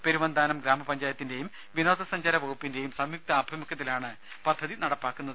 പെരുവന്താനം ഗ്രാമപഞ്ചായത്തിന്റെയും വിനോദ സഞ്ചാര വകുപ്പിന്റെയും സംയുക്ത ആഭിമുഖ്യത്തിലാണ് പദ്ധതി നടപ്പാക്കുന്നത്